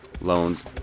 loans